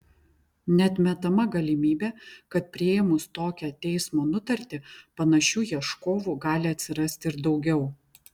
neatmetama galimybė kad priėmus tokią teismo nutartį panašių ieškovų gali atsirasti ir daugiau